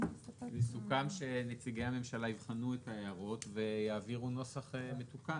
סוכם שנציגי הממשלה יבחנו את ההערות ויעבירו נוסח מתוקן.